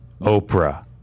Oprah